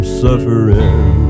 suffering